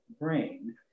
brain